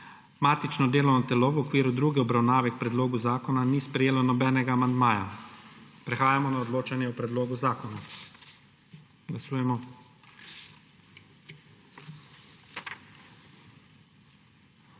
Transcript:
Matično delovno telo v okviru druge obravnave k predlogu zakona ni sprejelo nobenega amandmaja. Prehajamo na odločanje o predlogu zakona. Glasujemo.